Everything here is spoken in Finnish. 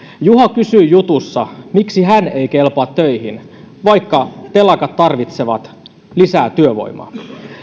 juha kysyi jutussa miksi hän ei kelpaa töihin vaikka telakat tarvitsevat lisää työvoimaa